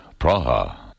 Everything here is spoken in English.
Praha